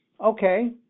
okay